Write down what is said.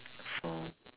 for